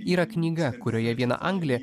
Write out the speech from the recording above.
yra knyga kurioje viena anglė